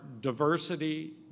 diversity